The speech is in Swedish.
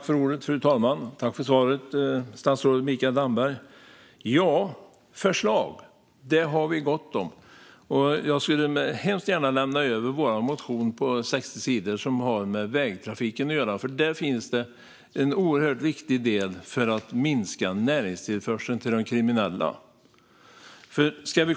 Fru talman! Tack för svaret, statsrådet Damberg! Förslag har vi gott om. Jag skulle hemskt gärna lämna över vår motion på 60 sidor som har med vägtrafiken att göra, för där finns det en oerhört viktig del som handlar om att minska näringstillförseln till de kriminella.